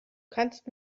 kannst